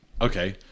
okay